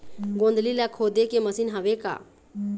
गोंदली ला खोदे के मशीन हावे का?